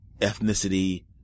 ethnicity